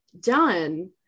done